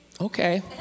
okay